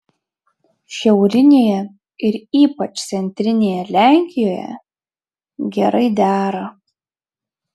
šiaurinėje ir ypač centrinėje lenkijoje gerai dera